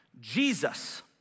Jesus